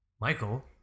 Michael